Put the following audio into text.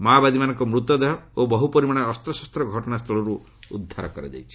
ମାଓବାଦୀମାନଙ୍କର ମୃତଦେହ ଓ ବହୁ ପରିମାଣର ଅସ୍ତ୍ରଶସ୍ତ ଘଟଣାସ୍ଥଳର୍ତ ଉଦ୍ଧାର କରାଯାଇଛି